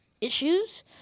issues